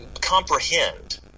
comprehend